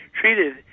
treated